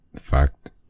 fact